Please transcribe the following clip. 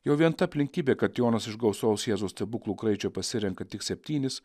jau vien ta aplinkybė kad jonas iš gausaus jėzaus stebuklų kraičio pasirenka tik septynis